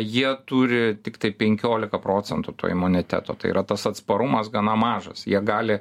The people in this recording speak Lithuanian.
jie turi tiktai penkiolika procentų to imuniteto tai yra tas atsparumas gana mažas jie gali